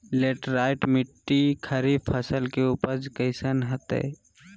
Laterite मिट्टी खरीफ फसल के उपज कईसन हतय?